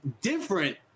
different –